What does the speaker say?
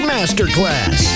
Masterclass